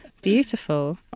Beautiful